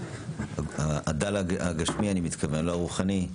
הדל הגשמי אני מתכוון לא הרוחני,